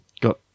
got